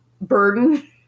burden